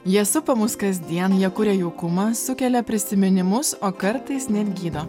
jie supa mus kasdien jie kuria jaukumą sukelia prisiminimus o kartais net gydo